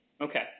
Okay